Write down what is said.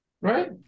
Right